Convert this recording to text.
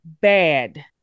bad